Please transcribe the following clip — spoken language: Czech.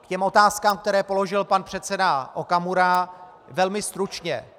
K otázkám, které položil pan předseda Okamura, velmi stručně.